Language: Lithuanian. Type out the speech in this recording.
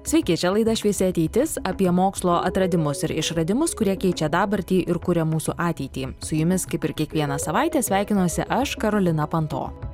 sveiki čia laida šviesi ateitis apie mokslo atradimus ir išradimus kurie keičia dabartį ir kuria mūsų ateitį su jumis kaip ir kiekvieną savaitę sveikinuosi aš karolina panto